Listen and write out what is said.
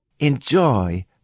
Enjoy